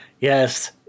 Yes